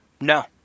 No